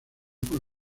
con